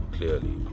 Clearly